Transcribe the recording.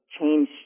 change